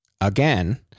again